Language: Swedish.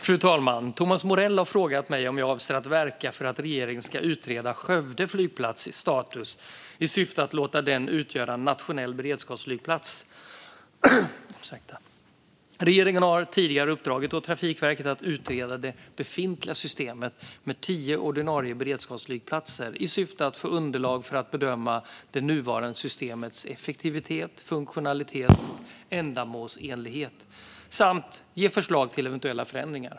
Fru talman! Thomas Morell har frågat mig om jag avser att verka för att regeringen ska utreda Skövde flygplats status i syfte att låta den utgöra en nationell beredskapsflygplats. Regeringen har tidigare uppdragit åt Trafikverket att utreda det befintliga systemet med tio ordinarie beredskapsflygplatser i syfte att få underlag för att bedöma det nuvarande systemets effektivitet, funktionalitet och ändamålsenlighet samt ge förslag till eventuella förändringar.